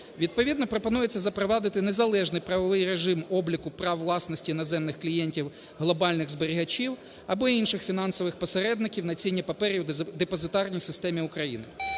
Відповідно пропонується запровадити незалежний правовий режим обліку прав власності іноземних клієнтів глобальних зберігачів або інших фінансових посередників на цінні папери в депозитарній системі України.